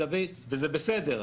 וזה בסדר,